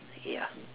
ya